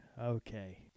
Okay